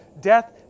death